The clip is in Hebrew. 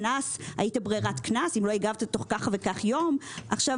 קנס כאשר הייתה לך ברירת קנס ואם לא הגבת תוך מספר ימים גובה הקנס עולה.